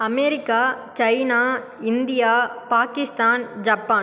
America China India Pakistan Japan